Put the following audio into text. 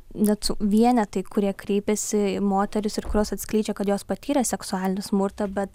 net vienetai kurie kreipiasi moterys ir kurios atskleidžia kad jos patyrė seksualinį smurtą bet